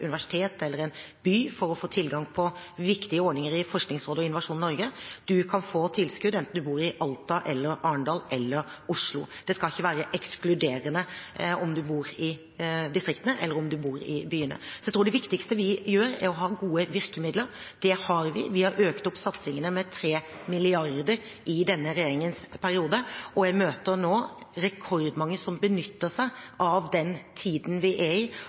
universitet eller en by for å få tilgang til viktige ordninger i Forskningsrådet og i Innovasjon Norge. Man kan få tilskudd enten man bor i Alta, i Arendal eller i Oslo. Det skal ikke være ekskluderende om man bor i distriktene, eller om man bor i byene. Jeg tror det viktigste vi kan gjøre, er å ha gode virkemidler. Det har vi, vi har økt satsingene med 3 mrd. kr i denne regjeringens periode. Jeg møter nå rekordmange som benytter seg av den tiden vi er i,